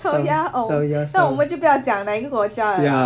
烧鸭 oh 酱我们就不要讲哪一个国家了啦